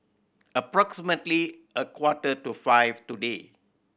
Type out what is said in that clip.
approximately a quarter to five today